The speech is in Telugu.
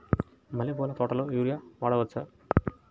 మల్లె పూల తోటలో యూరియా వాడవచ్చా?